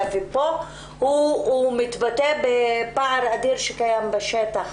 לבין הדיון שמתקיים פה מתבטא בפער אדיר שקיים בשטח.